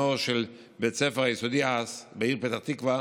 של בית הספר היסודי הס בעיר פתח תקווה,